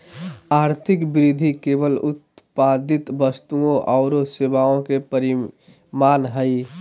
आर्थिक वृद्धि केवल उत्पादित वस्तुओं औरो सेवाओं के परिमाण हइ